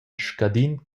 scadin